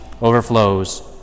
overflows